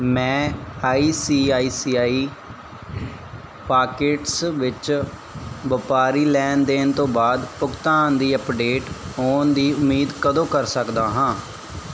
ਮੈਂ I C I C I pockets ਵਿੱਚ ਵਪਾਰੀ ਲੈਣ ਦੇਣ ਤੋਂ ਬਾਅਦ ਭੁਗਤਾਨ ਦੀ ਅੱਪਡੇਟ ਹੋਣ ਦੀ ਉਮੀਦ ਕਦੋਂ ਕਰ ਸਕਦਾ ਹਾਂ